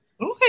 Okay